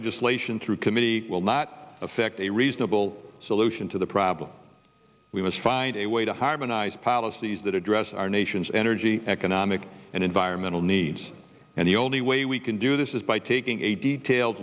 legislation through committee will not affect a reasonable solution to the problem we must find a way to harmonize policies that address our nation's energy economic and environmental needs and the only way we can do this is by taking a detail